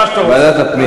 ועדת הפנים.